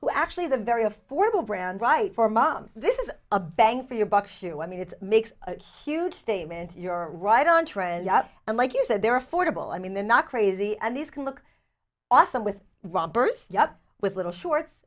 who actually the very affordable brand right for mom this is a bang for your buck shoe i mean it's makes a huge statement you're right on trend and like you said they're affordable i mean they're not crazy and these can look awesome with robert yup with little shorts